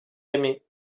aimé